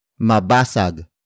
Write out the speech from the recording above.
Mabasag